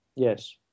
Yes